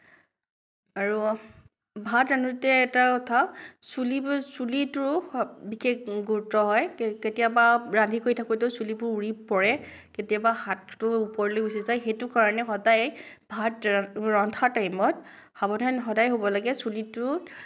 আৰু ভাত ৰান্ধোতে এটা কথা চুলিবোৰ চুলিটো বিশেষ গুৰুত্ব হয় কেতিয়াবা ৰান্ধি কৰি থাকোতেও চুলিবোৰ উৰি পৰে কেতিয়াবা হাতটো ওপৰলৈ গুচি যায় সেইটো কাৰণে সদায় ভাত ৰ ৰন্ধাৰ টাইমত সাৱধান সদায় হ'ব লাগে চুলিটো